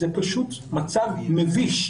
זה פשוט מצב מביש.